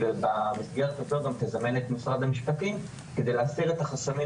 ובמסגרת הזאת גם תזמן את משרד המשפטים כדי להסיר את החסמים